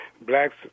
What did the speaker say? blacks